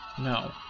No